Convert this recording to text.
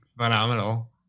phenomenal